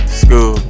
school